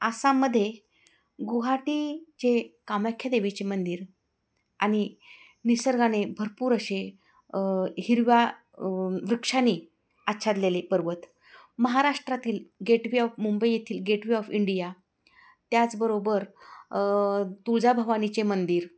आसाममध्ये गुहाटीचे कामाख्यादेवीचे मंदिर आणि निसर्गाने भरपूर असे हिरव्या वृक्षानी आच्छादलेले पर्वत महाराष्ट्रातील गेटवे ऑफ मुंबईतील गेटवे ऑफ इंडिया त्याचबरोबर तुळजाभवानीचे मंदिर